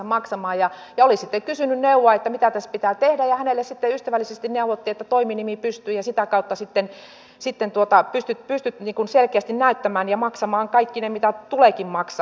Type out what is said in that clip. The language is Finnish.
hän oli sitten kysynyt neuvoa että mitä tässä pitää tehdä ja hänelle sitten ystävällisesti neuvottiin että toiminimi pystyyn ja sitä kautta sitten pystyt selkeästi näyttämään ja maksamaan kaikki ne mitä tuleekin maksaa